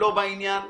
לא בעניין,